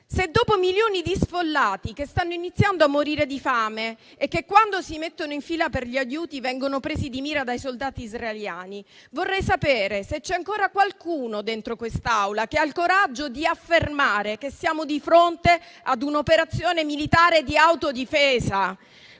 se dopo milioni di sfollati che stanno iniziando a morire di fame e che quando si mettono in fila per gli aiuti vengono presi di mira dai soldati israeliani, se c'è ancora qualcuno dentro quest'Aula che ha il coraggio di affermare che siamo di fronte ad un'operazione militare di autodifesa.